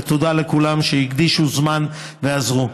ותודה לכולם שהקדישו זמן ועזרו.